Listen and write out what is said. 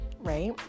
right